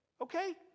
Okay